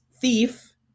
thief